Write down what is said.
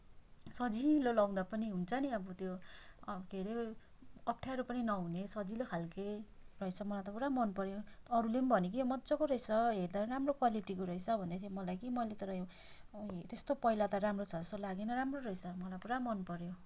सजिलो लाउँदा पनि हुन्छ नि अब त्यो के अरे अप्ठ्यारो पनि नहुने सजिलो खालके रहेछ मलाई त पुरा मन पऱ्यो अरूले पनि भन्यो कि मज्जाको रहेछ हेर्दा पनि राम्रो क्वलिटीको रहेछ भन्दै थियो मलाई कि मैले तर त्यस्तो पहिला त राम्रो छ जस्तो लागेन राम्रो रहेछ मलाई पुरा मन पऱ्यो